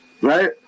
right